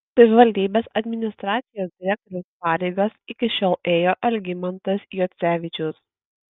savivaldybės administracijos direktoriaus pareigas iki šiol ėjo algimantas juocevičius